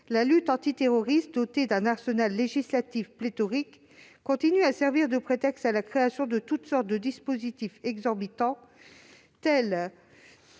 la lutte antiterroriste, dotée d'un arsenal législatif pléthorique, continue à servir de prétexte à la création de toutes sortes de dispositifs exorbitants, tels